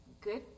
good